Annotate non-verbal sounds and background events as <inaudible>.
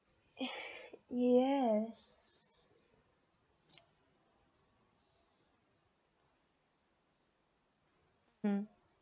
<laughs> yes mm